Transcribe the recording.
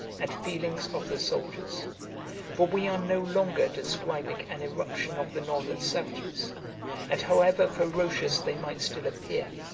and feelings of the soldiers for we are no longer describing an irruption of the northern savages and however ferocious they might still appear,